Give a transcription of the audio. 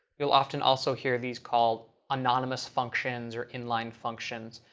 you'll often also hear these called anonymous functions or in line functions.